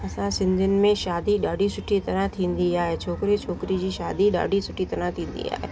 असां सिंधियुनि में शादी ॾाढी सुठी तरह थींदी आहे छोकिरे छोकिरी जी शादी ॾाढी सुठी तरह थींदी आहे